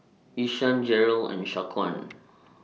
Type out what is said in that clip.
Ishaan Jerrold and Shaquan